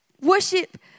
worship